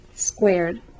squared